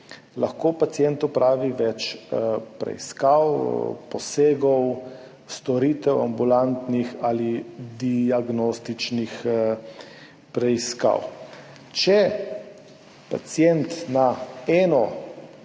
verigi pacient opravi več preiskav, posegov, storitev, ambulantnih ali diagnostičnih preiskav. Če pacient na eno